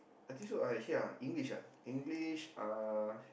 I think so I actually yeah English ah English uh